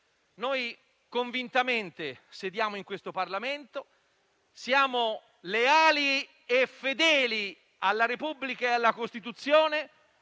Noi convintamente sediamo in questo Parlamento. Siamo leali e fedeli alla Repubblica e alla Costituzione.